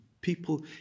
people